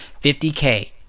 50K